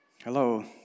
Hello